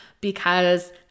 because-